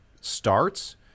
starts